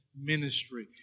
ministry